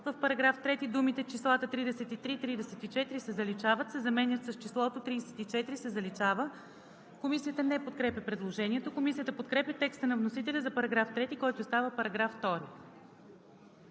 „В § 3 думите „числата 33 и 34 се заличават“ се заменят с „числото 34 се заличава“. Комисията не подкрепя предложението. Комисията подкрепя текста на вносителя за § 3, който става § 2.